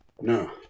No